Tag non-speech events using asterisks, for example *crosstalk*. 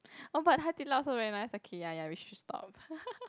oh but Hai-Di-Lao also very nice okay ya ya we should stop *laughs*